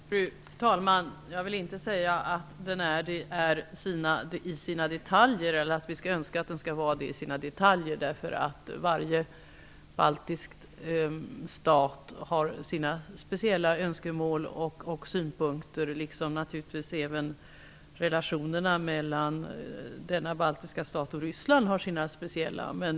Fru talman! Jag vill inte säga att den är det i sina detaljer eller att vi skall önska det. Varje baltisk stat har sina speciella önskemål och synpunkter. Det gäller även relationerna mellan denna baltiska stat och Ryssland.